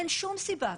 אין שום סיבה.